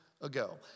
ago